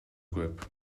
көп